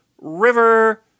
River